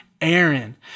Aaron